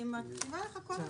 אני מקשיבה לך כל הזמן.